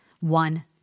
one